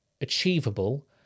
achievable